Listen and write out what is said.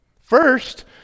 first